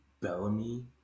Bellamy